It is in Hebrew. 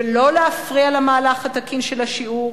ולא להפריע למהלך התקין של השיעור,